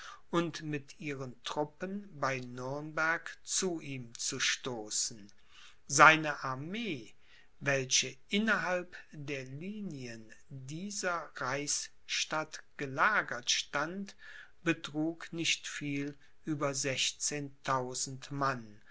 und mit ihren truppen bei nürnberg zu ihm zu stoßen seine armee welche innerhalb der linien dieser reichsstadt gelagert stand betrug nicht viel über sechszehntausend mann